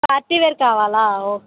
party wear కావాలా okay